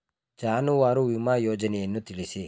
ಜಾನುವಾರು ವಿಮಾ ಯೋಜನೆಯನ್ನು ತಿಳಿಸಿ?